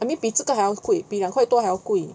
I mean 比这个还要贵比两块多还要贵